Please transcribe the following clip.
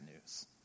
news